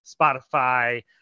Spotify